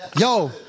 Yo